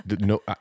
no